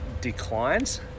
declines